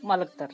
ಮಲಗ್ತಾರೆ